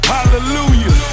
Hallelujah